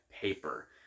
paper